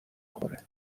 خوره